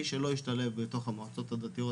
מי שלא השתלב בתוך המועצות הדתיות,